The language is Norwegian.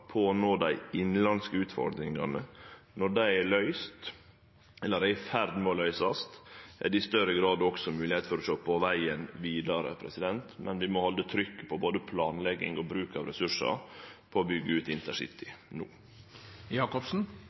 på å nå dei innanlandske utfordringane. Når dei er løyste, eller er i ferd med å verte løyste, er det i større grad også moglegheit for å sjå på vegen vidare. Men vi må halde trykk på både planlegging og bruk av ressursar for å byggje ut InterCity